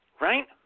right